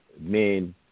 men